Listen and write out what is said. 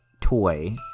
toy